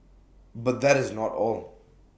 but that is not all